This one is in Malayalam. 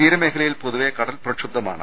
തീരമേഖലയിൽ പൊതുവെ കടൽ പ്രക്ഷുബ്ധ മാണ്